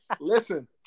Listen